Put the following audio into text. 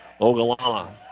Ogallala